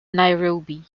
nairobi